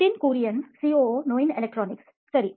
Nitin Kurian COO ನೋಯಿನ್ ಎಲೆಕ್ಟ್ರಾನಿಕ್ಸ್ಸರಿ